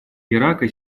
ирака